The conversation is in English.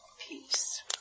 peace